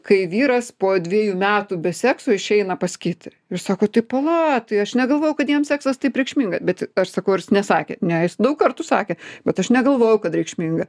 kai vyras po dviejų metų be sekso išeina pas kitą ir sako tai pala tai aš negalvojau kad jam seksas taip reikšminga bet aš sakau ar jis nesakė ne daug kartų sakė bet aš negalvojau kad reikšminga